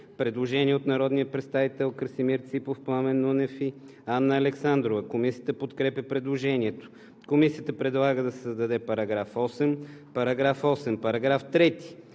Предложение от народните представители Красимир Ципов, Пламен Нунев и Анна Александрова. Комисията подкрепя предложението. Комисията предлага да се създаде § 8: „§ 8. Параграф 3